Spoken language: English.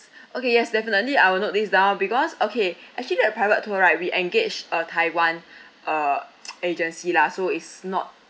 okay yes definitely I will note this down because okay actually a private tour right we engaged a taiwan uh agency lah so it's not